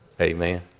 Amen